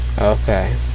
Okay